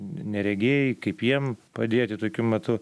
neregėjai kaip jiem padėti tokiu metu